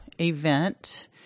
event